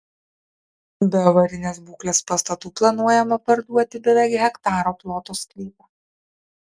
be avarinės būklės pastatų planuojama parduoti beveik hektaro ploto sklypą